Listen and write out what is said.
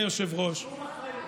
אין לך טיפת אחריות?